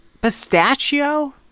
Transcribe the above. pistachio